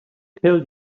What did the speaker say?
tell